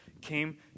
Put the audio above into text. came